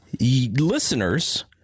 Listeners